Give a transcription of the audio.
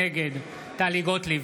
נגד טלי גוטליב,